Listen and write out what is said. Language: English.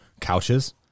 Couches